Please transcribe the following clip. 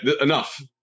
enough